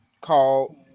called